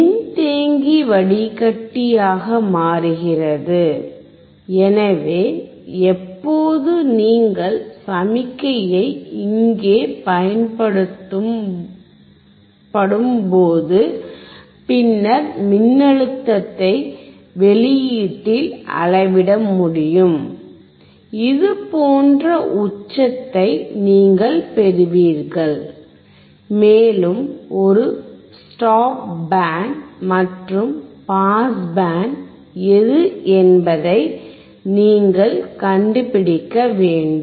மின்தேக்கி வடிகட்டியாக மாறுகிறது எனவே எப்போது நீங்கள் சமிக்ஞையைப் இங்கே பயன்படுத்தும் போது பின்னர் மின்னழுத்தத்தை வெளியீட்டில் அளவிட முடியும் இது போன்ற உச்சத்தை நீங்கள் பெறுவீர்கள் மேலும் ஒரு ஸ்டாப் பேண்ட் மற்றும் பாஸ் பேண்ட் எது என்பதை நீங்கள் கண்டுபிடிக்க வேண்டும்